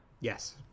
Yes